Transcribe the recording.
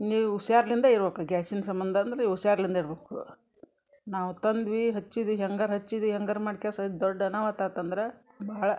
ನೀವು ಹುಷಾರ್ಲಿಂದ ಇರಬೇಕು ಗ್ಯಾಸಿನ ಸಂಬಂಧ ಅಂದ್ರೆ ನೀವು ಹುಷಾರ್ಲಿಂದ ಇರಬೇಕು ನಾವು ತಂದ್ವಿ ಹಚ್ಚಿದ್ವಿ ಹೆಂಗಾರೂ ಹಚ್ಚಿದ್ವಿ ಹೆಂಗಾರೂ ಮಾಡ್ಕೆಸ ದೊಡ್ಡ ಅನಾಹುತ ಆತಂದ್ರೆ ಭಾಳ